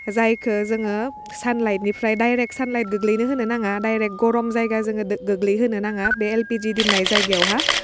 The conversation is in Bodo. जायखो जोङो सानलाइटनिफ्राय डाइरेक्ट सानलाइट गोग्लैनो होनो नाङा डाइरेक्ट गरम जायगा जोङो दो गोग्लैहोनो नाङा बे एलपिजि दोन्नाय जायगायावहा